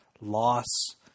loss